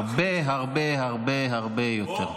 הרבה הרבה הרבה יותר.